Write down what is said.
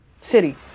city